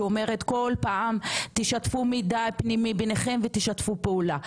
שאומרת כל פעם תשתפו מידע פנימי בינכם ותשתפו פעולה?